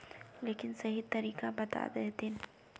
लेकिन सही तरीका बता देतहिन?